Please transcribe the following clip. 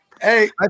Hey